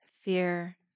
fear